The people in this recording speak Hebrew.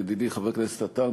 ידידי חבר הכנסת עטר,